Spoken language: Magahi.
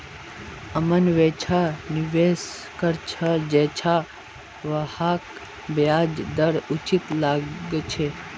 अमन वैछा निवेश कर छ जैछा वहाक ब्याज दर उचित लागछे